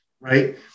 Right